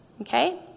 Okay